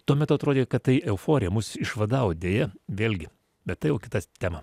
tuo metu atrodė kad tai euforija mus išvadavo deja vėlgi bet tai jau kita tema